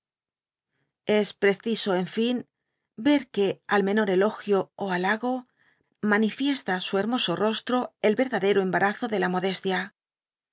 es presiso en fin ver que al menor elagio ó alhago manifiesta su hermoso rostro el verdadero embarazo de la modestia